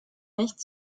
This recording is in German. nicht